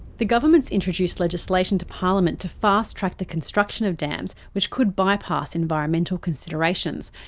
the government's introduced legislation to parliament to fast-track the construction of dams. which could bypass environmental considerations.